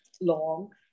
long